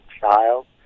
child